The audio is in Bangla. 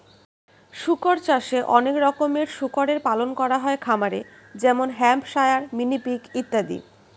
শুকর চাষে অনেক রকমের শুকরের পালন করা হয় খামারে যেমন হ্যাম্পশায়ার, মিনি পিগ ইত্যাদি